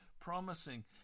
promising